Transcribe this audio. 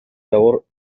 labor